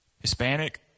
Hispanic